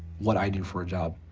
what i do for a job.